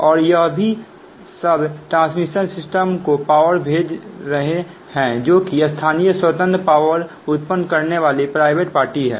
और यह भी सब ट्रांसमिशनसिस्टम को पावर भेज रहे हैं जो कि स्थानीय स्वतंत्र पावर उत्पन्न करने वाले निजी पार्टी हैं